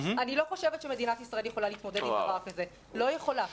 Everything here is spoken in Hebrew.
אני לא חושבת שמדינת ישראל יכולה להתמודד עם דבר כזה לא יכולה.